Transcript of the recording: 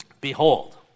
Behold